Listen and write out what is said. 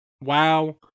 Wow